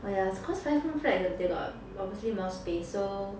oh ya cause five room flat they got obviously more space so